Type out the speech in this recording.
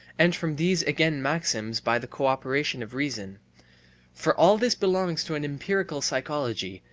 and from these again maxims by the co-operation of reason for all this belongs to an empirical psychology,